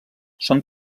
són